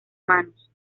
manos